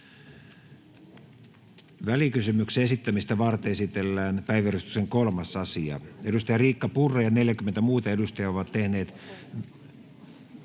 Välikysymyksen esittämistä varten esitellään päiväjärjestyksen 3. asia. Edustaja Riikka Purra ja 43 muuta edustajaa ovat tehneet